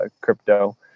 crypto